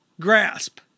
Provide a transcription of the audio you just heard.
grasp